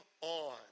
on